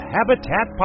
Habitat